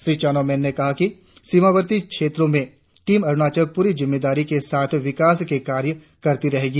श्री चाउना मेन ने कहा कि सीमावर्ती क्षेत्रों में टीम अरुणाचल प्ररी जिम्मेदारी के साथ विकास के कार्य करती रहेगी